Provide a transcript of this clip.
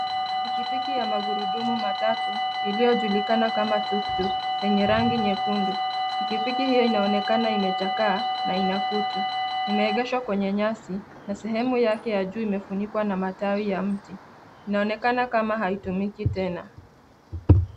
Pikipiki ya magurudumu matatu iliyojulikana kama tuktuk yenye rangi nyekundu. Pikipiki hiyo inaonekana imechakaa na ina kutu. Imeegeshwa kwenye nyasi na sehemu yake ya juu imefunikwa na matawi ya mti. Inaonekana kama haitumiki tena.